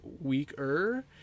weaker